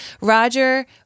Roger